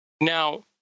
Now